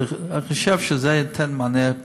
אני חושב שזה ייתן מענה,